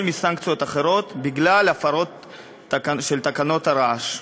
מסנקציות אחרות בגלל הפרה של תקנות הרעש.